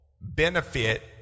benefit